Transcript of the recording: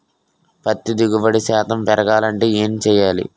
పత్తి దిగుబడి శాతం పెరగాలంటే ఏంటి చేయాలి?